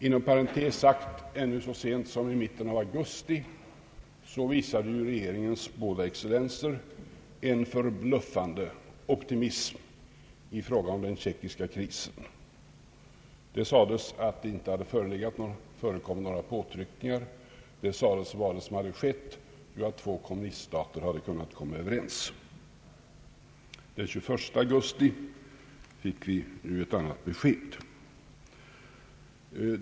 Inom parentes sagt: ännu så sent som i mitten av augusti visade regeringens båda excellenser en förbluffande optimism i fråga om den tjeckiska krisen. Det sades att några påtryckningar inte hade förekommit, utan att vad som skett var att två kommuniststater hade kunnat komma överens. Den 21 augusti fick vi ju ett annat besked.